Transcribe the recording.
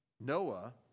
Noah